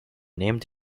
named